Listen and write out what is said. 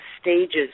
stages